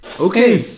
Okay